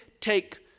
take